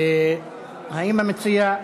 האם המציע,